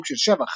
דברים של שבח,